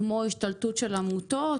כמו השתלטות של עמותות?